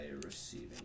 receiving